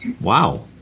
Wow